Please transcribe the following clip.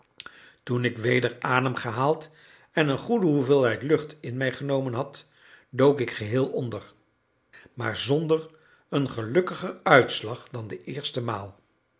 toen ik weder ademgehaald en een goede hoeveelheid lucht in mij opgenomen had dook ik geheel onder maar zonder een gelukkiger uitslag dan de eerste maal